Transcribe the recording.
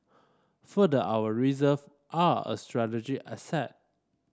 further our reserve are a strategic asset